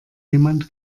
jemand